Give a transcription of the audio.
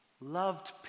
loved